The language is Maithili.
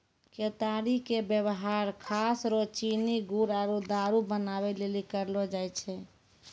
केतारी के वेवहार खास रो चीनी गुड़ आरु दारु बनबै लेली करलो जाय छै